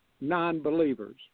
non-believers